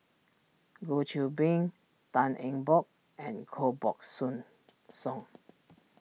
Goh Qiu Bin Tan Eng Bock and Koh Buck Song